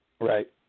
Right